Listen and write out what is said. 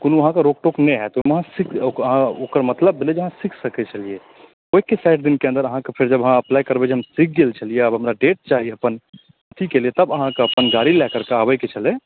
कोनो अहाँकेँ रोक टोक नहि होयत ओहिमे अहाँ ओकर मतलब भेलै जे अहाँ सीख सकैत छलियै ओहिके साठि दिनके अन्दर अहाँकेँ फेर जब अहाँ अप्लाइ करबै जहन सीख गेल छलियै आब हमरा डेट चाही अपन अथीके लिअ तब अहाँकेँ अपन गाड़ी लए करके आबैके छलैया